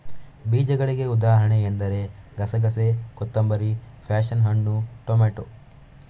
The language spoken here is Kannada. ಬೀಜಗಳಿಗೆ ಉದಾಹರಣೆ ಎಂದರೆ ಗಸೆಗಸೆ, ಕೊತ್ತಂಬರಿ, ಪ್ಯಾಶನ್ ಹಣ್ಣು, ಟೊಮೇಟೊ